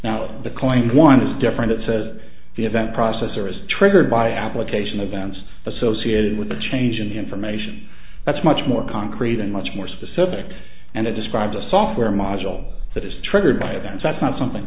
now the coin one is different it says the event processor is triggered by application events associated with the change in the information that's much more concrete and much more specific and it describes a software module that is triggered by events that's not something